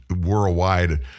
worldwide